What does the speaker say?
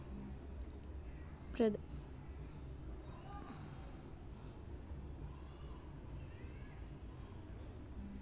నేను మొత్తం ఎన్ని రకాల బిల్లులు కట్టగలను?